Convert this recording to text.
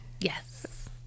Yes